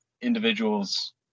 individuals